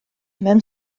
mewn